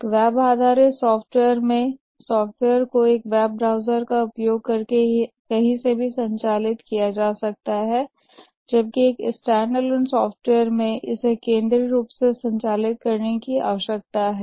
एक वेब आधारित सॉफ़्टवेयर में सॉफ़्टवेयर को एक वेब ब्राउज़र का उपयोग करके कहीं से भी संचालित किया जा सकता है जबकि एक स्टैंडअलोन सॉफ़्टवेयर में इसे केंद्रीय रूप से संचालित करने की आवश्यकता है